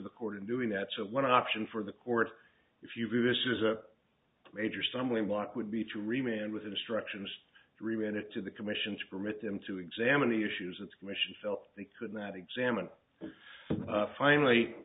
the court in doing that so one option for the court if you view this is a major stumbling block would be to remain with instructions three minute to the commission to permit them to examine the issues of the commission felt they could not examine and finally